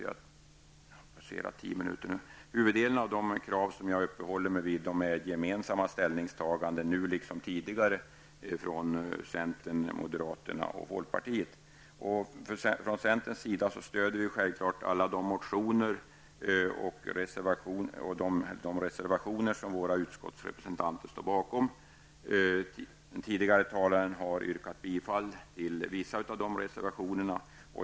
Huvuddelen av de krav som jag har uppehållit mig vid är gemensamma ställningstaganden, nu liksom tidigare, från centern, moderaterna och folkpartiet. Från centerns sida stöder vi självfallet alla de motioner och reservationer som våra utskottsrepresentanter står bakom. Den tidigare talaren har yrkat bifall till vissa av dessa reservationer.